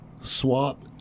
swap